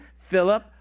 Philip